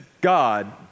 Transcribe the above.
God